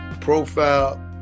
profile